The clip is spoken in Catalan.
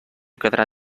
quedarà